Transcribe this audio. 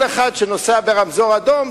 כל אחד שנוסע ברמזור אדום,